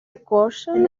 equation